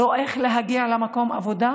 לא איך להגיע למקום העבודה